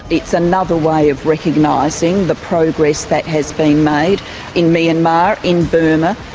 it's another way of recognising the progress that has been made in myanmar, in burma,